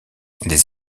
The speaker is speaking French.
les